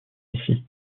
ici